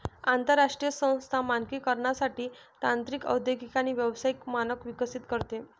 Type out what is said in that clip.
आंतरराष्ट्रीय संस्था मानकीकरणासाठी तांत्रिक औद्योगिक आणि व्यावसायिक मानक विकसित करते